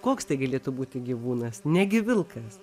koks tai galėtų būti gyvūnas negi vilkas